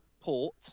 port